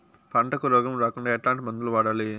పంటకు రోగం రాకుండా ఎట్లాంటి మందులు వాడాలి?